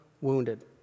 wounded